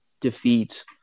defeat –